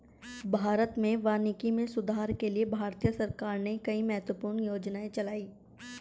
भारत में वानिकी में सुधार के लिए भारतीय सरकार ने कई महत्वपूर्ण योजनाएं चलाई